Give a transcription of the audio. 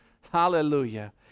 hallelujah